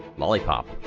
lollipop,